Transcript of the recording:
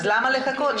אז למה לחכות?